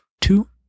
Two